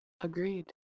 Agreed